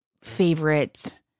favorite